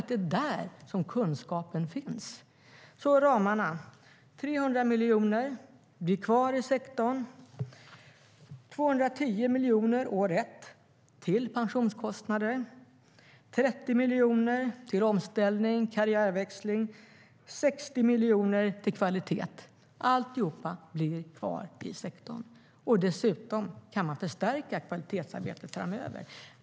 Det är där som kunskapen finns. Ramarna är kvar. 300 miljoner blir kvar i sektorn. År 1 går 210 miljoner till pensionskostnader, 30 miljoner till omställning, karriärväxling, och 60 miljoner till kvalitet. Alltihop blir kvar i sektorn. Dessutom kan man förstärka kvalitetsarbetet framöver.